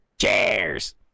Cheers